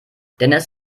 dennis